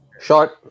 Short